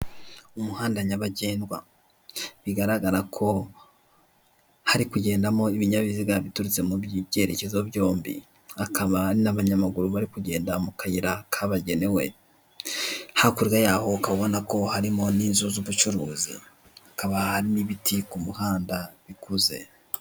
Umumama bigaragara ko ashinzwe gutanga ibyo kurya cyangwa kunywa ahantu, ndetse hakaba hateguye neza intebe zikozwe mu mbaho ziteye neza, ubusitani bw'indabyo, ndetse n'ibiti hakurya, bigaragara ko hari ahantu abantu biyakirira, ndetse hateye neza rwose.